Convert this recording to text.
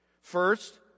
first